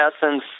essence